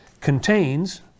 contains